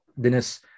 Dennis